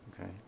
Okay